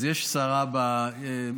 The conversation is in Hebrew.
אז יש שרה בבניין.